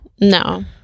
No